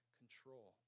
control